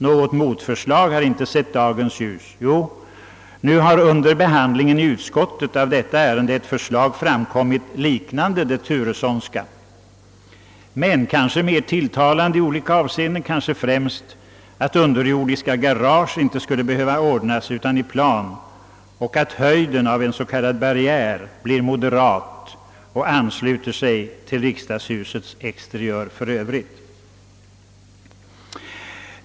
Något motförslag har inte sett dagens ljus, frånsett att under behandlingen i utskottet av detta ärende framlagts ett förslag liknande det Turessonska, vilket kanske är mer tilltalande i olika avseenden, måhända främst, därför att underjordiska garage inte skulle behöva ordnas och att höjden av en s.k. barriär blir moderat och ansluter sig till riksdagshusets exteriör för övrigt.